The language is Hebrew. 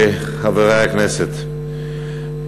חברי הכנסת,